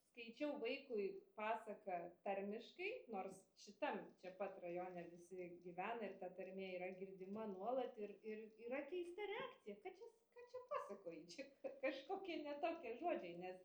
skaičiau vaikui pasaką tarmiškai nors šitam čia pat rajone visi gyvena ir ta tarmė yra girdima nuolat ir ir yra keista reakcija ką čia ką čia pasakoji čia k kažkokie ne tokie žodžiai nes